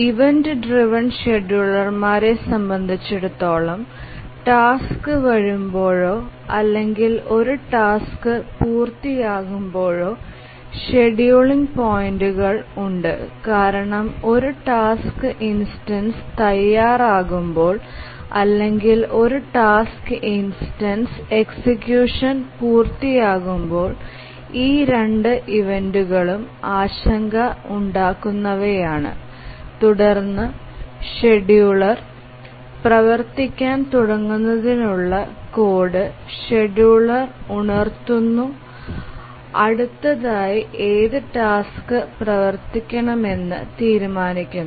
event driven ഷെഡ്യൂളർമാരെ സംബന്ധിച്ചിടത്തോളം task വരുമ്പോഴോ അല്ലെങ്കിൽ ഒരു ടാസ്ക് പൂർത്തിയാകുമ്പോഴോ ഷെഡ്യൂളിംഗ് പോയിന്റുകൾ ഉണ്ട് കാരണം ഒരു ടാസ്ക് ഇൻസ്റ്റൻസ് തയ്യാറാകുമ്പോൾ അല്ലെങ്കിൽ ഒരു ടാസ്ക് ഇൻസ്റ്റൻസ് എക്സിക്യൂഷൻ പൂർത്തിയാകുമ്പോൾ ഈ രണ്ട് ഇവന്റുകളും ആശങ്ക ഉണ്ടാകുന്നവയാണ് തുടർന്ന് ഷെഡ്യൂളർ പ്രവർത്തിക്കാൻ തുടങ്ങുന്നതിനുള്ള കോഡ് ഷെഡ്യൂളർ ഉണർത്തുന്നു അടുത്തതായി ഏത് ടാസ്ക് പ്രവർത്തിപ്പിക്കണമെന്ന് തീരുമാനികുനു